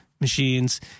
machines